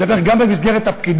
אני מדבר גם במסגרת הפקידות.